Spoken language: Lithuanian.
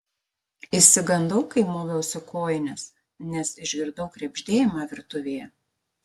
išsigandau kai moviausi kojines nes išgirdau krebždėjimą virtuvėje